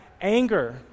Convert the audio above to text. anger